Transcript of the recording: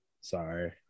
Sorry